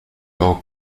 koło